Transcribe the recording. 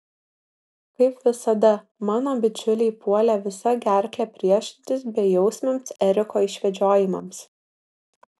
kaip visada mano bičiuliai puolė visa gerkle priešintis bejausmiams eriko išvedžiojimams